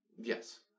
Yes